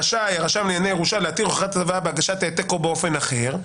רשאי הרשם לענייני ירושה להתיר הוכחת הצוואה בהגשת העתק או באופן אחר,